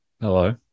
Hello